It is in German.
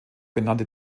benannte